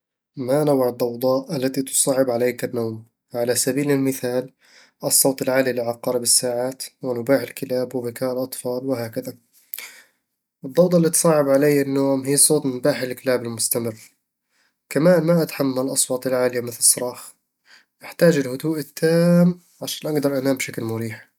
ما نوع الضوضاء التي تُصعّب عليك النوم؟ على سبيل المثال: الصوت العالي لعقارب الساعات، ونباح الكلاب، وبكاء الأطفال، وهكذا الضوضاء اللي تصعب علي النوم هي صوت نباح الكلاب المستمر كمان ما أتحمل الأصوات العالية مثل الصراخ أحتاج الهدوء التام عشان أقدر أنام بشكل مريح